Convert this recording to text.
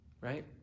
Right